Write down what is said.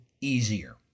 easier